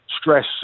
stress